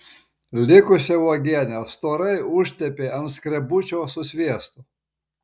likusią uogienę storai užtepė ant skrebučio su sviestu